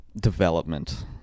development